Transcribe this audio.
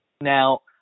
Now